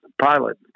pilot